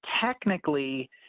technically